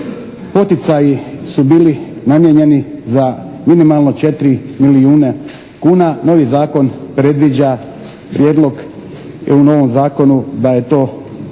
poticaji su bili namijenjeni za minimalno četiri milijuna kuna. Novi zakon predviđa prijedlog i u novom zakonu da je to